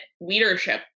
leadership